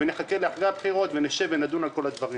נחכה אחרי הבחירות כדי לשבת ולדון על כל הדברים.